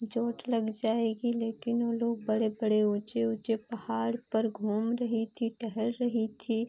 चोट लग जाएगी लेकिन वह लोग बड़े बड़े ऊँचे ऊँचे पहाड़ पर घूम रही थी टहल रही थी